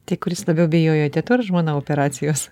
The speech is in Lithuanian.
tik kuris labiau bijojo teta ar žmona operacijos